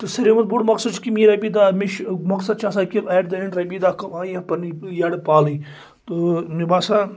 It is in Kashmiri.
تہٕ ساروٕے کھۄتہٕ بوٚڑ مقصد چھُ کہ میانی رۄپیہِ دہ مین مقصد چھُ آسان کہِ ایٹ دَ اینٛڑ رۄپیہِ دَہ کَماوٕ یا پَنٕنۍ یٔڑ پالٕنۍ تہٕ مےٚ باسان